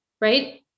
Right